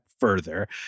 further